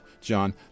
John